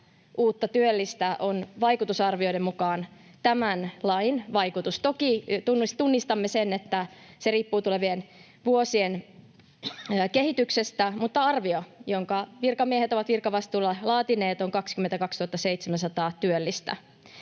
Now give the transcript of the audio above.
uutta työllistä on vaikutusarvioiden mukaan tämän lain vaikutus. Toki tunnistamme sen, että se riippuu tulevien vuosien kehityksestä, mutta arvio, jonka virkamiehet ovat virkavastuulla laatineet, on 22 700 työllistä.